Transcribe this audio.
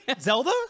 Zelda